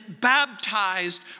baptized